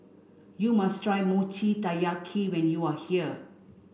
you must try Mochi Taiyaki when you are here